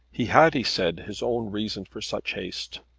he had, he said, his own reason for such haste.